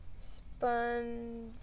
sponge